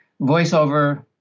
voiceover